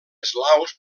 eslaus